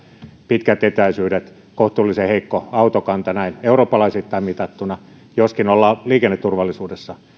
pitkät etäisyydet ja kohtuullisen heikko autokanta näin eurooppalaisittain mitattuna joskin ollaan liikenneturvallisuudessa